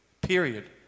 Period